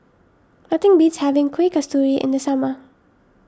nothing beats having Kueh Kasturi in the summer